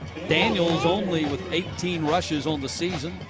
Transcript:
daniels only with eighteen rushes on the season.